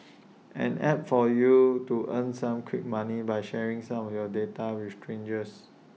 an app for you to earn some quick money by sharing some of your data with strangers